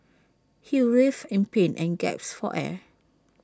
he writhed in pain and gasped for air